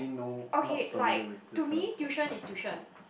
okay like to me tuition is tuition